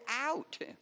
out